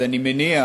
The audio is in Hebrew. אז אני מניח,